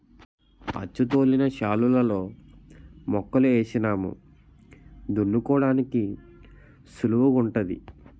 అచ్చుతోలిన శాలులలో మొక్కలు ఏసినాము దున్నుకోడానికి సుళువుగుంటాది